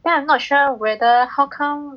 then I'm not sure whether how come